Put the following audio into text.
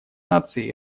наций